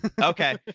okay